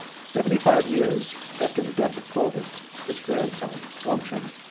seventy-five years after the death of clovis, his grandson, gontran,